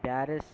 Paris